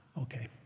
Okay